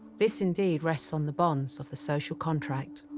this indeed rests on the bonds of the social contract,